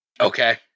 Okay